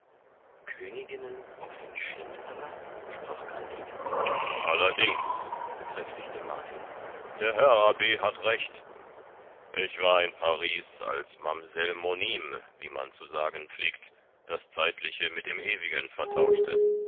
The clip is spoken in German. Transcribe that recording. königinnen auf den schindanger sprach kandid allerdings bekräftigte martin der herr abb hat recht ich war in paris als mamsell monime wie man zu sagen pflegt das zeitliche mit dem ewigen vertauschte